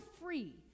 free